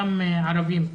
גם ערבים.